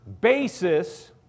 basis